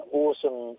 awesome